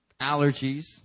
allergies